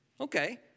Okay